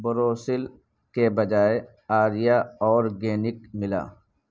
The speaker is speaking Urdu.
بوروسل کے بجائے آریہ آرگینک ملا